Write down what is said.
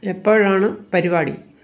എപ്പോഴാണ് പരിപാടി